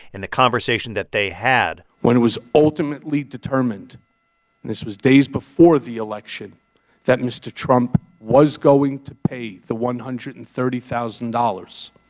and the conversation that they had when it was ultimately determined this was days before the election that mr. trump was going to pay the one hundred and thirty thousand dollars,